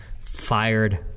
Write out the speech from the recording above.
fired